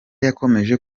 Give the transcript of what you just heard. yakomeje